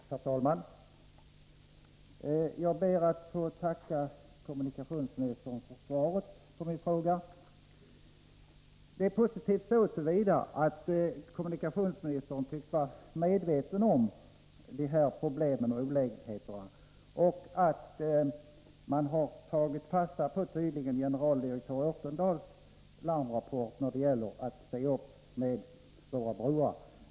Herr talman! Jag ber att få tacka kommunikationsministern för svaret på min fråga. Det är positivt så till vida att kommunikationsministern tycks vara medveten om de här problemen och olägenheterna och att man tydligen tagit fasta på generaldirektör Örtendahls larmrapport om att det gäller att se upp med förhållandena i fråga om våra broar.